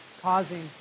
causing